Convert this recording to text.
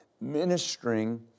Ministering